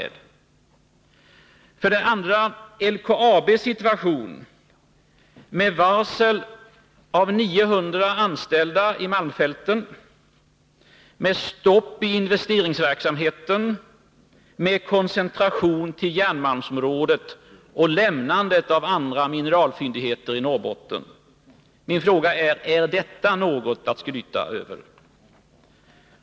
Vi har för det andra LKAB:s situation med varsel av 900 anställda i malmfälten, med stopp i investeringsverksamheten, med koncentration till järnmalmsområdet och lämnande av andra mineralfyndigheter i Norrbotten. Min fråga är: Är detta något att skryta över?